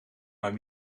mijn